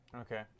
Okay